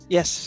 Yes